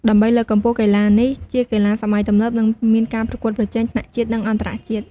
ដើម្បីលើកកម្ពស់កីឡានេះជាកីឡាសម័យទំនើប និងមានការប្រកួតប្រជែងថ្នាក់ជាតិ និងអន្តរជាតិ។